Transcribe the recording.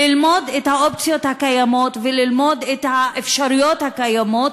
ללמוד את האופציות הקיימות וללמוד את האפשרויות הקיימות.